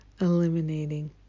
eliminating